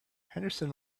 henderson